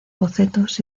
bocetos